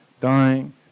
dying